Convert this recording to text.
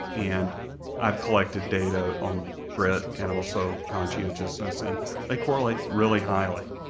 and i've collected data on grit and also conscientiousness, and they correlate really highly.